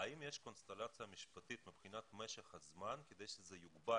האם יש קונסטלציה משפטית מבחינת משך הזמן כדי שזה יוגבל?